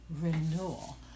Renewal